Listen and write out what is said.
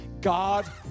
God